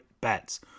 Bets